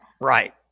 Right